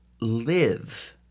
live